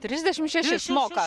trisdešim šešis moka